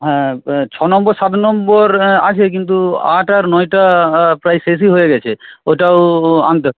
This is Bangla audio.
হ্যাঁ ছ নম্বর সাত নম্বর আছে কিন্তু আট আর নয়টা প্রায় শেষই হয়ে গেছে ওইটাও আনতে